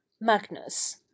Magnus